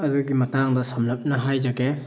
ꯑꯗꯨꯒꯤ ꯃꯇꯥꯡꯗ ꯁꯝꯂꯞꯅ ꯍꯥꯏꯖꯒꯦ